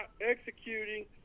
executing